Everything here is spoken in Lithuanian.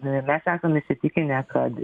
mes esam įsitikinę kad